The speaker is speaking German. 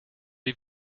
die